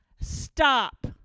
stop